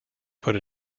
put